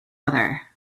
other